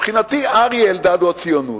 מבחינתי אריה אלדד הוא הציונות.